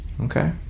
Okay